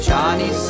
Johnny